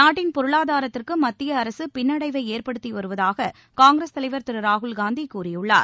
நாட்டின் பொருளாதாரத்திற்கு மத்திய அரசு பின்னடைவை ஏற்படுத்தி வருவதாக காங்கிரஸ் தலைவர் திரு ராகுல்காந்தி கூறியுள்ளார்